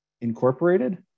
incorporated